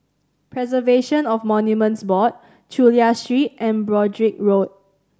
Preservation of Monuments Board Chulia Street and Broadrick Road